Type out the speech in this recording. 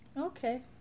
Okay